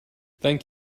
thank